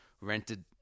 rented